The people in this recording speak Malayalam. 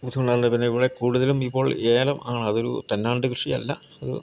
ഇതിൻ്റെകൂടെ കൂടുതലും ഇപ്പോൾ ഏലം ആണ് അതൊരു തന്നാണ്ട് കൃഷിയല്ല അത്